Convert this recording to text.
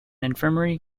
infirmary